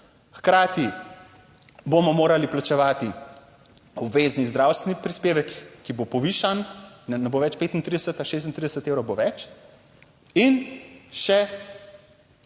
hkrati bomo morali plačevati obvezni zdravstveni prispevek, ki bo povišan, ne bo več 35, 36 evrov bo več. In še